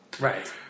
Right